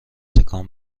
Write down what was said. تکان